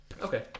Okay